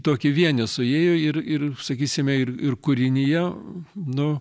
tokį vienį suėjo ir ir sakysime ir ir kūrinyje nu